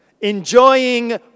enjoying